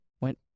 went